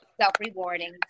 self-rewarding